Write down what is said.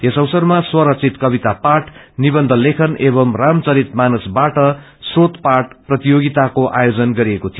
यस अवसरमा स्वरचित कविता पाठ निबन्ध लेखन एवं राम चरित मानसवाट श्रोत पाठ प्रतियोगिताको आयोजन गरिएको थियो